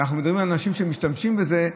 ואנחנו מדברים על אנשים שמשתמשים בזה,